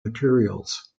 materials